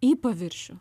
į paviršių